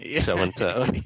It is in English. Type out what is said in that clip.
so-and-so